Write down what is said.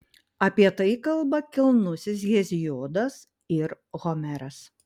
apie tai kalba kilnusis heziodas ir homeras